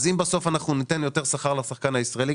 אם בסוף אנחנו ניתן יותר שכר לשחקן הישראלי,